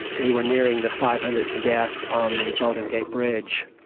we were nearing the five hundredth death on the golden gate bridge.